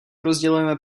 rozdělujeme